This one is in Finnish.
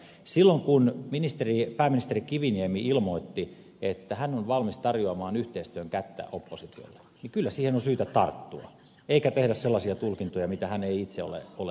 silloin kun pääministeri kiviniemi ilmoitti että hän on valmis tarjoamaan yhteistyön kättä oppositiolle kyllä siihen on syytä tarttua eikä tehdä sellaisia tulkintoja mitä hän ei itse ole sanonut